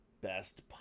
Best